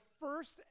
first